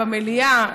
במליאה,